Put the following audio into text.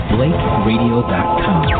BlakeRadio.com